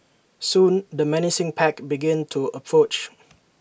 soon the menacing pack began to approach